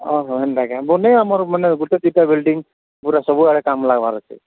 ହଁ ହ ହେନ୍ତା କେ ବୋଧେ ଆମର ମାନେ ଗୋଟେ ବିଲ୍ଡିଙ୍ଗଂ ପୁରା ସବୁଆଡ଼େ କାମ୍ ଲାଗବାର୍ ଅଛି